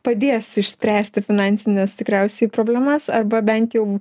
padės išspręsti finansines tikriausiai problemas arba bent jau